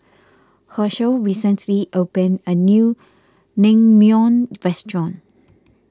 Hershel recently opened a new Naengmyeon restaurant